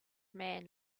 man